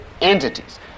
entities